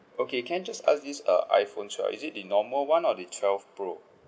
okay can I just ask this uh iPhone twelve is it the normal [one] or the twelve pro